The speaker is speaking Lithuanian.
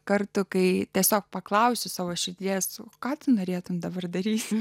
kartų kai tiesiog paklausiu savo širdies o ką tu norėtumei dabar darysiu